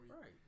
Right